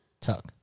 Tuck